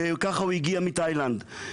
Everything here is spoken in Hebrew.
וככה הוא נגיע מתאילנד.